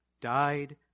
died